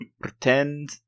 pretend